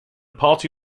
party